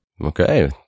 Okay